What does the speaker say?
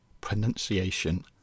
pronunciation